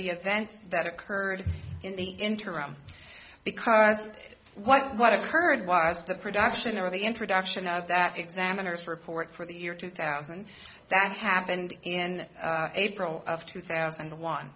the events that occurred in the interim because what occurred was the production of the introduction of that examiners report for the year two thousand that happened in april of two thousand and one